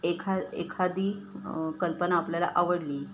एखा एखादी कल्पना आपल्याला आवडली